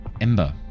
Ember